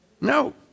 No